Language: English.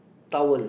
towel